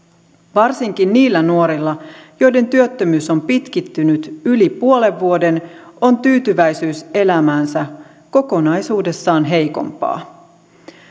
varsinkin niillä nuorilla joiden työttömyys on pitkittynyt yli puolen vuoden on tyytyväisyys elämäänsä kokonaisuudessaan heikompaa